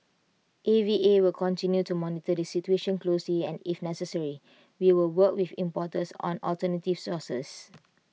A V A will continue to monitor the situation closely and if necessary we will work with importers on alternative sources